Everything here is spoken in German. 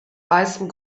weißem